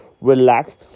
relax